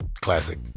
Classic